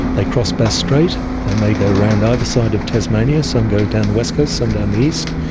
they cross bass strait, they may go around either side of tasmania, some go down the west coast, some down east.